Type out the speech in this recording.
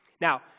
Now